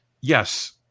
yes